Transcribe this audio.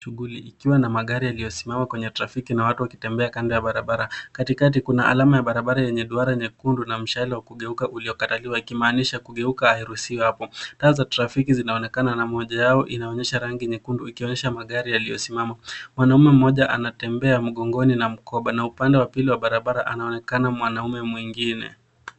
Shughuli ikiwa na magari yaliyosimama kwenye trafiki na watu wakitembea kando ya barabara, katikati kuna alama ya barabara yenye duara nyekundu na mshale wa kugeuka uliokataliwa ikimaanisha kugeuka hairuhusiwi hapo, taa za trafiki zinaonekana na moja yao inaonyesha rangi nyekundu ikionyesha magari yaliyosimama, mwanaume mmoja anatembea mgongoni na mkoba na upande wa pili wa barabara anaonekana mwanaume mwingine.